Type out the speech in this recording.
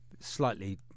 Slightly